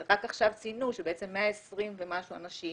רק עכשיו ציינו שבעצם 120 ומשהו אנשים